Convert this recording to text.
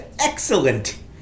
excellent